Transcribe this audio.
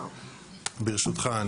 ברשותך,